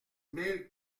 mille